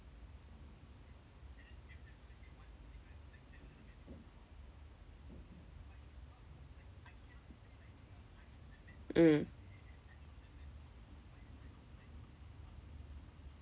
mm